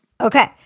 Okay